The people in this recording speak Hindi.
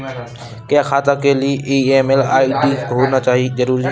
क्या खाता के लिए ईमेल आई.डी होना जरूरी है?